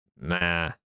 Nah